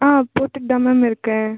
ஆ போட்டுத் தான் மேம் இருக்கேன்